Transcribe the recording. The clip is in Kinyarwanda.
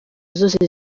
zose